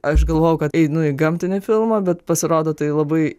aš galvojau kad einu į gamtinį filmą bet pasirodo tai labai